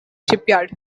shipyard